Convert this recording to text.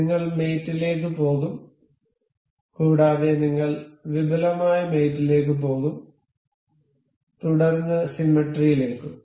നിങ്ങൾ മേറ്റ് ലേക്ക് പോകും കൂടാതെ നിങ്ങൾ വിപുലമായ മേറ്റ് ലേക്ക് പോകും തുടർന്ന് സിമെട്രിയിലേക്കും